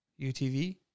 UTV